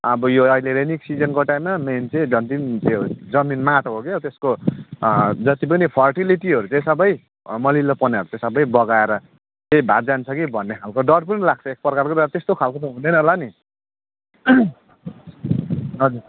अब यो अहिले रेनी सिजनको टाइममा मेन चाहिँ जति पनि त्यो जमिन माटो हो क्या त्यसको जति पनि फर्टिलिटीहरू चाहिँ सबै मलिलोपनहरू चाहिँ सबै बगाएर भए जान्छ कि भन्ने खालको डर पनि लाग्छ एक प्रकारको तर त्यस्तो खालको त हुँदैन होला नि हजुर